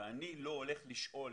אני לא הולך לשאול